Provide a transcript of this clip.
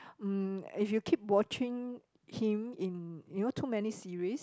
mm if you keep watching him in you know too many series